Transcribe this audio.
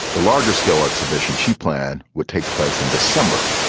the larger scale exhibition she plan would take place in december,